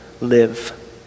live